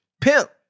Pimp